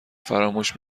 فراموش